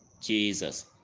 Jesus